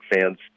fans